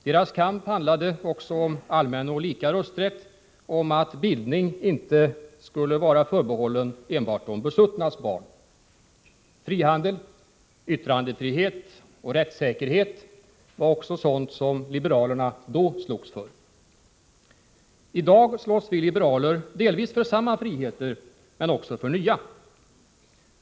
Deras kamp handlade också om allmän och lika rösträtt, om att bildning inte skulle vara förbehållen enbart de besuttnas barn. Frihandel, yttrandefrihet och rättssäkerhet var också sådant som liberalerna då slogs för. I dag slåss vi liberaler delvis för samma friheter, men också för nya.